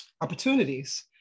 opportunities